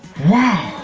wow